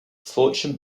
fortune